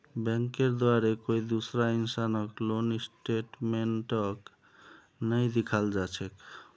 बैंकेर द्वारे कोई दूसरा इंसानक लोन स्टेटमेन्टक नइ दिखाल जा छेक